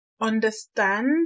understand